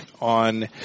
on